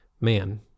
man